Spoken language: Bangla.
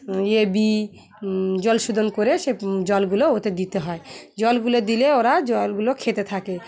ইয়ে বি জলশোধন করে সে জলগুলো ওতে দিতে হয় জলগুলো দিলে ওরা জলগুলো খেতে থাকে